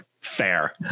Fair